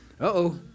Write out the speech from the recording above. uh-oh